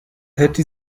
hätte